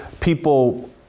people